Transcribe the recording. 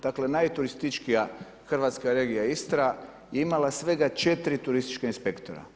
Dakle, najturističkija hrvatska regija Istra je imala svega 4 turistička inspektora.